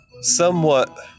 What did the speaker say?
somewhat